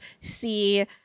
see